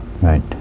Right